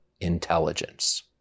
intelligence